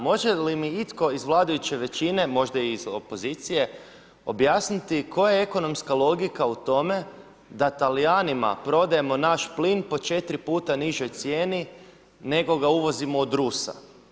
Može li mi itko iz vladajuće većine, možda i iz opozicije koja je ekonomska logika u tome da Talijanima prodajemo naš plin po četiri puta nižoj cijeni nego ga uvozimo od Rusa.